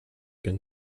been